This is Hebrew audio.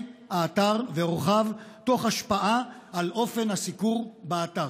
האתר ועורכיו תוך השפעה על אופן הסיקור באתר".